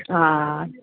हा